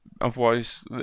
otherwise